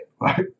right